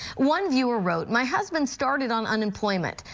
one viewer wrote, my husband started on unemployment.